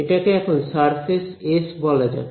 এটাকে এখানে surface S বলা যাক